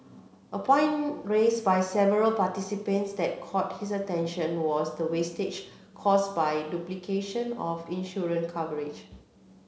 a point raise by several participants that caught his attention was the wastage cause by duplication of insurance coverage